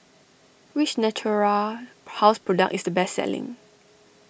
which Natura House product is the best selling